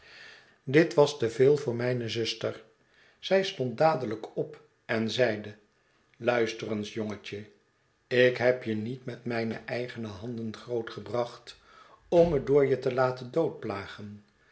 dit was te veel voor mijne zuster zij stond dadelijk op en zeide luister eens jongetje ik heb je niet met mijne eigene handen groot gebracht om me door je te laten